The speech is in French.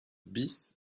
bis